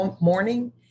morning